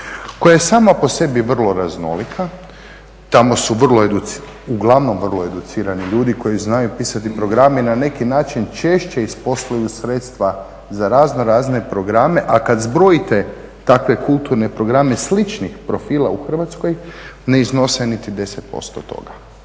koja je sama po sebi vrlo raznolika. Tamo su vrlo educirani, uglavnom vrlo educirani ljudi koji znaju pisati programe i na neki način češće isposluju sredstva za raznorazne programe a kad zbrojite takve kulturne programe sličnih profila u Hrvatskoj ne iznose niti 10% toga.